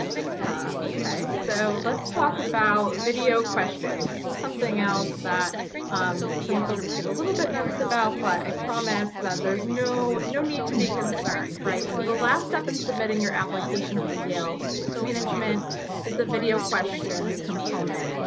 yeah, okay. so let's talk about video questions. this is something else that some folks get a little bit nervous about, but i promise that there's no no need to be concerned. so the last step in submitting your application for the yale school of management is the video question and component,